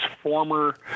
former